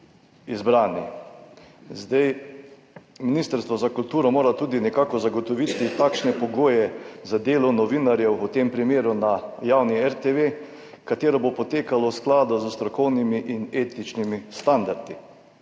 izbrani. Ministrstvo za kulturo mora tudi nekako zagotoviti takšne pogoje za delo novinarjev, v tem primeru na javni RTV, ki bo potekalo v skladu s strokovnimi in etičnimi standardi,